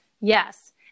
yes